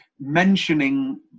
Mentioning